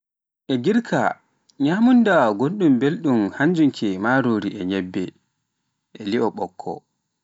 E Girka nyamunda gonɗum belɗum hannjum ke marori e nyebbe, e li'o bokko